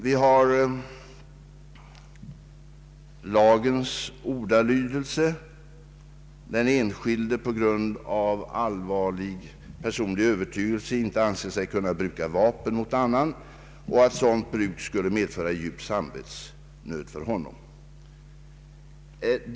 Vi har lagens ordalydelse att den enskilde på grund av allvarlig personlig övertygelse inte anser sig kunna bruka vapen mot annan och att sådant bruk skulle medföra djup samvetsnöd för honom.